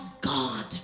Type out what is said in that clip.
God